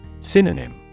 Synonym